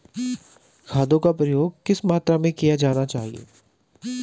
खादों का प्रयोग किस मात्रा में किया जाना चाहिए?